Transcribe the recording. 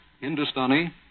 Hindustani